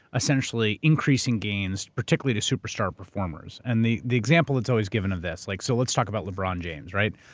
essentially, increasing gains, particularly to superstar performers. and the the example that's always given of this, like so let's talk about lebron james, right?